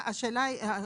לא, השאלה היא, ההשפעה,